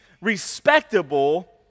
respectable